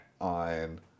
on